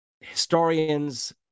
historians